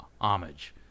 homage